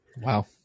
Wow